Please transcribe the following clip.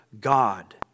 God